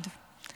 לבד".